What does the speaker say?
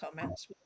comments